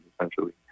essentially